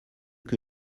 que